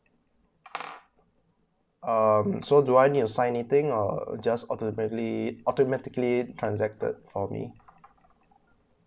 um so do I to sign anything or just automatically automatically transacted for me